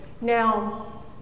Now